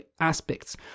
aspects